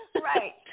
Right